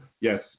yes